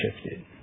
shifted